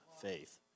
faith